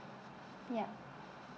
yup